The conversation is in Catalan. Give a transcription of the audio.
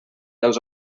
dels